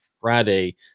Friday